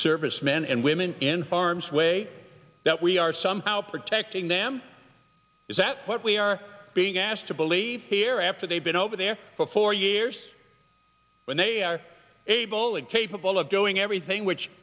servicemen and women in farms way that we are somehow protecting them is that what we are being asked to believe here after they've been over there for four years and they are able and capable of doing everything which